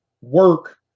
work